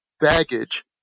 baggage